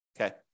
okay